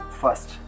first